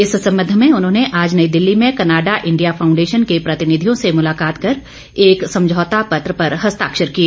इस संबंध में उन्होंने आज नई दिल्ली में कनाडा इंडिया फाऊंडेशन के प्रतिनिधियों से मुलाकात कर एक समझौता पत्र पर हस्ताक्षर किए